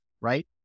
right